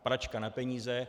Pračka na peníze.